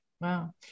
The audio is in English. wow